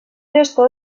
gestor